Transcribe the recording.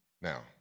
now